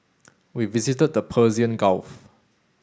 we visited the Persian Gulf